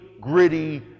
gritty